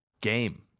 game